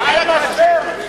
אין משבר?